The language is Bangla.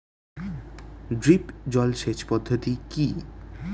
ড্রিপ জল সেচ পদ্ধতি কি?